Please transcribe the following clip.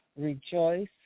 rejoice